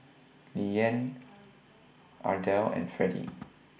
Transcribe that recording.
Lilyan Ardell and Fredy